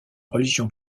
religion